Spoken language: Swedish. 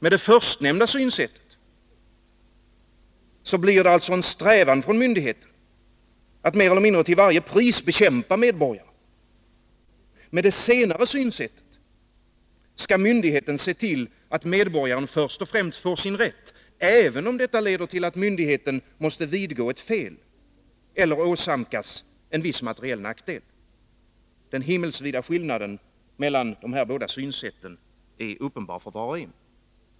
Det förstnämnda synsättet medför en strävan från myndigheten att mer eller mindre bekämpa medborgaren till varje pris. Enligt det senare synsättet skall myndigheten se till att medborgaren först och främst får sin rätt, även om detta leder till att myndigheten måste vidgå ett fel eller åsamkas en viss materiell nackdel. Den himmelsvida skillnaden mellan de båda synsätten är uppenbar för var och en.